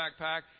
backpack